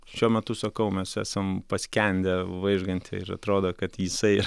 šiuo metu sakau mes esam paskendę vaižgante ir atrodo kad jisai yra